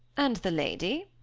and the lady?